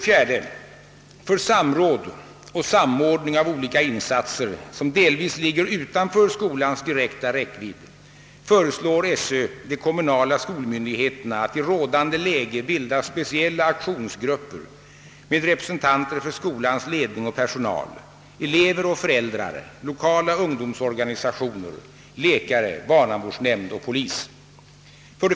4) För samråd och samordning av olika insatser, som delvis ligger utanför skolans direkta räckvidd, föreslår skolöverstyrelsen de kommunala skolmyndigheterna att i rådande läge bilda speciella aktionsgrupper med representanter för skolans ledning och personal, elever och föräldrar, lokala ungdoms organisationer, läkare, barnavårdsnämnd och polis.